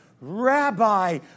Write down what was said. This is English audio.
Rabbi